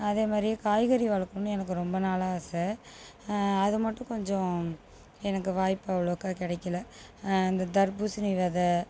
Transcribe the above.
அதே மாதிரி காய்கறி வளர்க்கணுன்னு எனக்கு ரொம்ப நாளாக ஆசை அது மட்டும் கொஞ்சம் எனக்கு வாய்ப்பு அவ்ளோக்கா கிடைக்கல இந்த தர்பூசணி வித